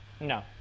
No